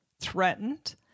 threatened